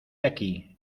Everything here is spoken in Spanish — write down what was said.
aquí